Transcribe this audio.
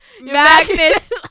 Magnus